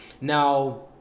now